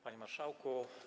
Panie Marszałku!